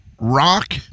rock